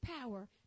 power